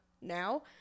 now